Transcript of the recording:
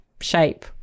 shape